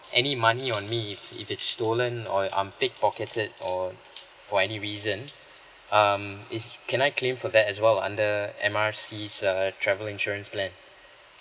any money on me if if it's stolen or I'm pickpocketed or for any reason um is can I claim for that as well under M R C err travel insurance plan